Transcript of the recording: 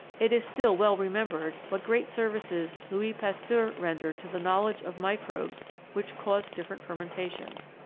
it is still well remembered what great services louis pasteur rendered to the knowledge of microbes which cause different fermentations.